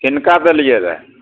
किनका देलिए रहै